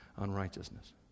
unrighteousness